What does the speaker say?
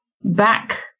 back